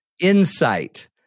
insight